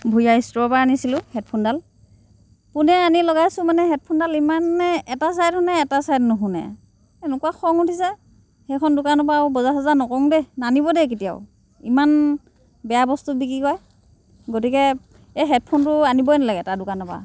ভূঞা ষ্টোৰৰ পৰা আনিছিলোঁ হেডফোনডাল পোনে আনি লগাইছোঁ মানে হেডফোনডাল ইমানে এটা চাইড শুনে এটা চাইড নুশুনে এনেখুৱা খং উঠিছে সেইখন দোকানৰ পৰা আৰু বজাৰ চজাৰ নকৰোঁ দে নানিব দে কেতিয়াও ইমান বেয়া বস্তু বিক্ৰী কৰে গতিকে এই হেডফোনটো আনিবই নালাগে তাৰ দোকানৰ পৰা